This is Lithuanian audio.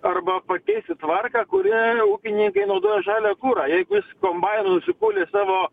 arba pakeisti tvarką kurią ūkininkai naudojo žalią kurą jeigu jis kombainu užsipuolė savo